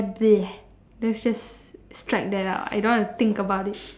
that's just strike that out I don't want to think about it